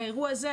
באירוע הזה,